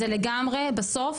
זה לגמרי בסוף,